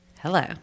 Hello